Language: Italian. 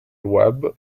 web